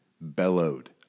bellowed